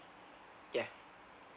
yeah